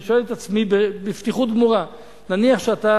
ואני שואל את עצמי בפתיחות גמורה: נניח שאתה,